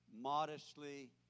modestly